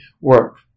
work